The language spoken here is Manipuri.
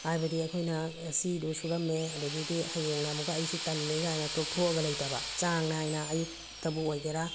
ꯍꯥꯏꯕꯗꯤ ꯑꯩꯈꯣꯏꯅ ꯉꯁꯤꯗꯣ ꯁꯨꯔꯝꯃꯦ ꯑꯗꯒꯤꯗꯤ ꯍꯌꯦꯡꯅ ꯑꯃꯨꯛꯀ ꯑꯩꯁꯤ ꯇꯜꯂꯦ ꯀꯥꯏꯅ ꯇꯣꯛꯊꯣꯛꯑꯒ ꯂꯩꯇꯕ ꯆꯥꯡ ꯅꯥꯏꯅ ꯑꯌꯨꯛꯇꯕꯨ ꯑꯣꯏꯒꯦꯔꯥ